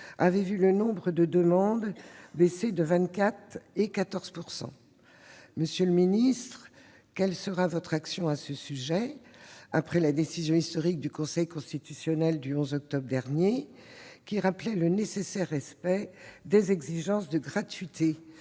avaient vu le nombre de demandes baisser de 24 % et 14 %. Monsieur le ministre, quelle sera votre action à ce sujet après la décision historique du Conseil constitutionnel du 11 octobre dernier rappelant le nécessaire respect des exigences de gratuité